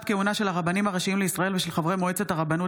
כהונה של הרבנים הראשיים לישראל ושל חברי מועצת הרבנות